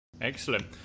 excellent